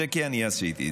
כי אני עשיתי את זה.